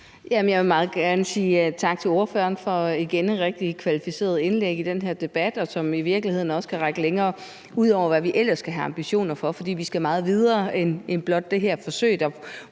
Jeg vil meget gerne sige tak til ordføreren for et rigtig kvalificeret indlæg igen i den her debat, som i virkeligheden også kan række længere ud over, hvad vi ellers kan have ambitioner for. For vi skal meget videre end blot det her forsøg, der